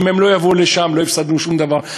אם הם לא יבואו לשם, לא הפסדנו שום דבר.